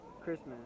Christmas